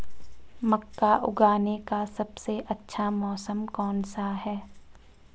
मक्का उगाने का सबसे अच्छा मौसम कौनसा है?